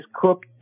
Cook